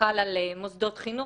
על מוסדות חינוך